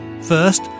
First